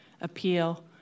appeal